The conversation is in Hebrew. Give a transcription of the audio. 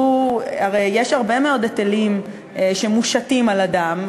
הרי יש הרבה מאוד היטלים שמושתים על אדם,